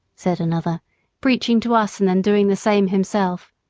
said another preaching to us and then doing the same himself.